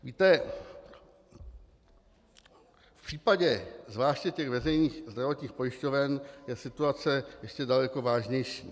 Víte, v případě zvláště těch veřejných zdravotních pojišťoven je situace ještě daleko vážnější.